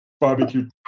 barbecue